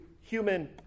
human